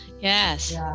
Yes